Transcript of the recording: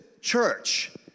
church